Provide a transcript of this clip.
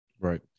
Right